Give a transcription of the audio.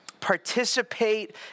participate